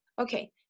Okay